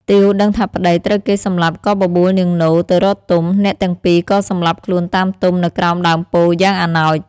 ទាវដឹងថាប្តីត្រូវគេសម្លាប់ ក៏បបួលនាងនោទៅរកទុំ អ្នកទាំងពីរក៏សម្លាប់ខ្លួនតាមទុំនៅក្រោមដើមពោធិ៍យ៉ាងអនោច។